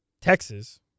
Texas